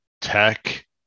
tech